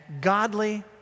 godly